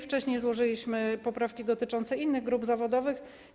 Wcześniej złożyliśmy poprawki dotyczące innych grup zawodowych.